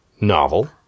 novel